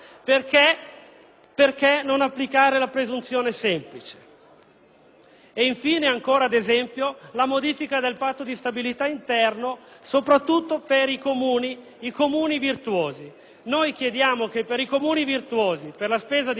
perché non applicare la presunzione semplice? Infine, ancora ad esempio, chiediamo la modifica dal Patto di stabilità interno, soprattutto per i Comuni virtuosi. Noi proponiamo che per i Comuni virtuosi, per la spesa di investimento,